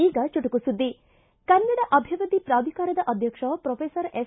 ಈಗ ಚುಟುಕು ಸುದ್ದಿ ಕನ್ನಡ ಅಭಿವೃದ್ದಿ ಪ್ರಾಧಿಕಾರದ ಅಧ್ಯಕ್ಷ ಪೊಫೆಸರ್ ಎಸ್